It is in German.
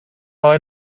war